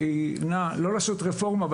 אבל לא לעשות רפורמה,